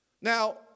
Now